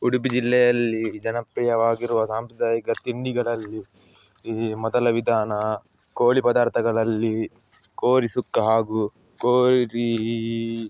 ಉಡುಪಿ ಜಿಲ್ಲೆಯಲ್ಲಿ ಜನಪ್ರಿಯವಾಗಿರುವ ಸಾಂಪ್ರದಾಯಿಕ ತಿಂಡಿಗಳಲ್ಲಿ ಈ ಮೊದಲ ವಿಧಾನ ಕೋಳಿ ಪದಾರ್ಥಗಳಲ್ಲಿ ಕೋರಿ ಸುಕ್ಕ ಹಾಗೂ ಕೋರೀ